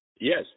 Yes